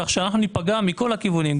כך שאנחנו ניפגע מכל הכיוונים,